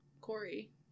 Corey